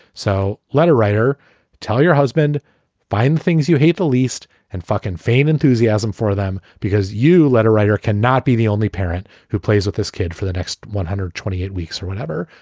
so let a writer tell your husband find things you hate the least and fuckin feign enthusiasm for them because you let a writer can not be the only parent who plays with this kid for the next one hundred and twenty eight weeks or whatever.